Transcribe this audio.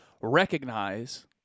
recognize